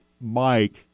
Mike